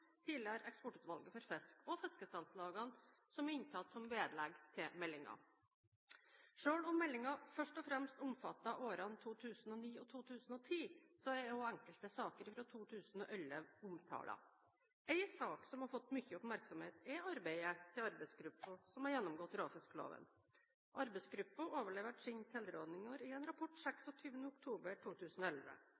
Eksportutvalget for fisk, og fiskesalgslagene, som er inntatt som vedlegg til meldingen. Selv om meldingen først og fremst omfatter årene 2009 og 2010, er også enkelte saker fra 2011 omtalt. En sak som har fått mye oppmerksomhet, er arbeidet til arbeidsgruppen som har gjennomgått råfiskloven. Arbeidsgruppen overleverte sine tilrådinger i en rapport